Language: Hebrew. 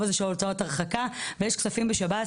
הזה של הוצאות הרחקה ויש כספים בשב"ס,